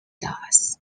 does